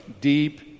deep